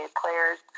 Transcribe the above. players